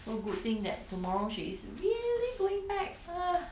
so good thing that tomorrow she is really going back ugh